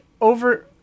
over